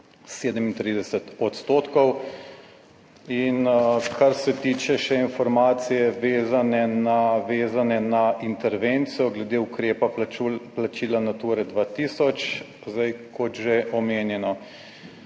37 %. In kar se tiče še informacije vezane na intervencijo glede ukrepa plačil plačila Nature 2000. Zdaj, kot že omenjeno,